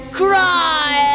cry